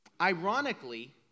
Ironically